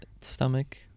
stomach